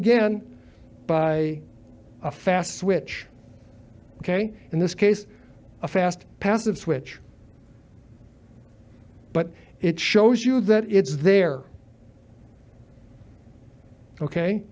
again by a fast switch ok in this case a fast passive switch but it shows you that it's there ok